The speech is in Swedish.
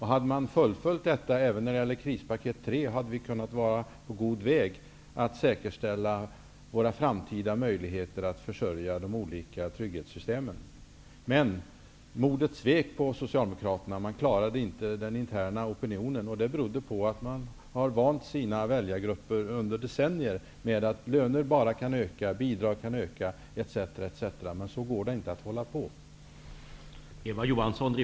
Hade detta fullföljts även i fråga om krispaket 3, skulle vi ha kunnat vara på god väg när det gäller att säkerställa våra framtida möjligheter att försörja de olika trygghetssyste men. Men modet svek hos Socialdemokraterna. Man klarade inte den interna opinionen beroende på att man under decennier vant sina väljargrup per vid att löner bara kan öka, att bidrag bara kan öka etc. etc. Men så kan man inte fortsätta.